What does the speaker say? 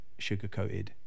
sugarcoated